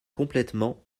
complètement